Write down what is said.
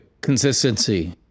Consistency